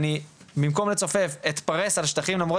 אני במקום לצופף אתפרס על שטחים למרות